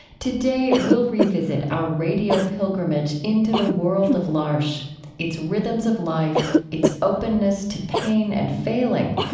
today we'll revisit our radio pilgrimage into the world of l'arche its rhythms of life, its openness to pain and failing,